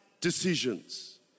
decisions